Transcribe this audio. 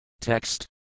Text